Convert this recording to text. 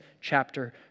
chapter